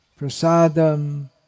Prasadam